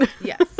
yes